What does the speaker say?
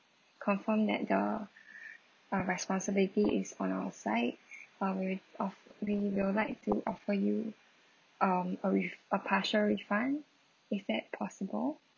confirmed that the uh responsibility is on our side uh we would off~ we will like to offer you um a refu~ a partial refund is that possible